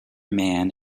man